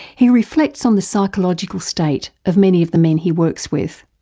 he reflects on the psychological state of many of the men he works with.